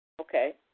Okay